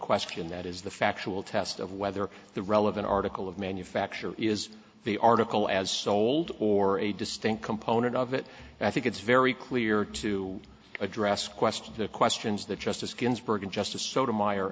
question that is the factual test of whether the relevant article of manufacture is the article as sold or a distinct component of it i think it's very clear to address questions the questions that justice ginsburg and justice so